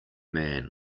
man